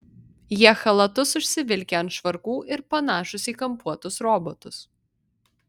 jie chalatus užsivilkę ant švarkų ir panašūs į kampuotus robotus